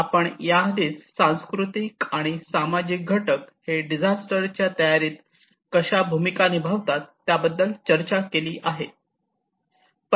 आपण याआधीच सांस्कृतिक आणि सामाजिक घटक हे डिझास्टर च्या तयारीत कशा भूमिका निभावतात त्याबद्दल चर्चा केली आहे